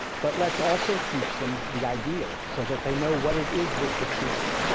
but let's also teach them the ideal so that they know what it is we're critiquing,